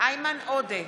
איימן עודה,